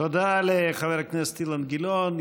תודה לחבר הכנסת אילן גילאון.